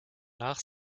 nach